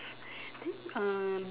then um